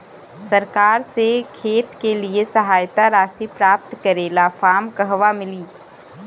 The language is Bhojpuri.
सरकार से खेत के लिए सहायता राशि प्राप्त करे ला फार्म कहवा मिली?